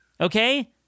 okay